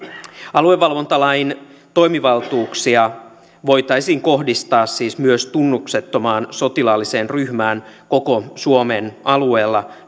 aluevalvontalain toimivaltuuksia voitaisiin kohdistaa siis myös tunnuksettomaan sotilaalliseen ryhmään koko suomen alueella